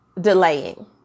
delaying